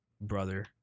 Brother